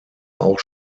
auch